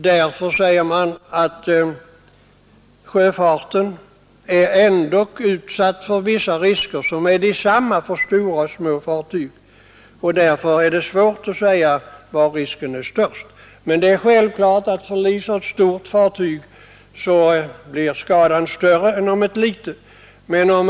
Därför säger man att sjöfarten alltid är utsatt för vissa risker, som är desamma för stora och små fartyg, och att det därför är svårt att säga var risken är störst. Men det är självklart att skadan blir större om ett stort fartyg förliser än om ett litet gör det.